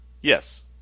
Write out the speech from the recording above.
yes